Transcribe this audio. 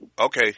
Okay